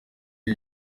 you